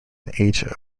age